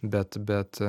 bet bet